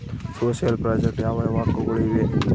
Social project ಯಾವ ಯಾವ ಹಕ್ಕುಗಳು ಇವೆ?